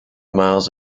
miles